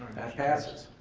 passes.